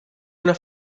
una